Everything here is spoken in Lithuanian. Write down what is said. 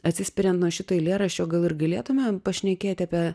atsispiriant nuo šito eilėraščio gal ir galėtumėm pašnekėti apie